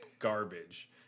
garbage